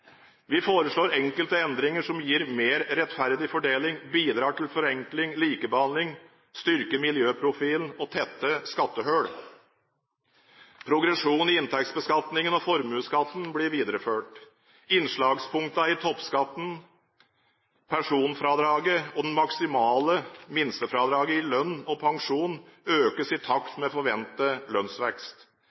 Vi foreslår enkelte endringer som gir mer rettferdig fordeling, bidrar til forenkling og likebehandling, styrker miljøprofilen og tetter skattehull. Progresjonen i inntektsbeskatningen og formuesskatten blir videreført. Innslagspunktene i toppskatten, personfradraget og det maksimale minstefradraget i lønn og pensjon økes i takt med forventet lønnsvekst.